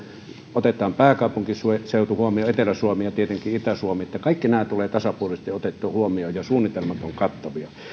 otetaan pääkaupunkiseutu huomioon etelä suomi ja tietenkin itä suomi että kaikki nämä tulevat tasapuolisesti otettua huomioon ja suunnitelmat ovat kattavia